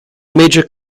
major